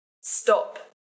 stop